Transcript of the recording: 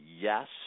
yes